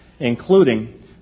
including